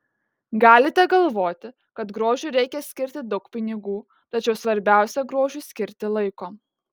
galite galvoti kad grožiui reikia skirti daug pinigų tačiau svarbiausia grožiui skirti laiko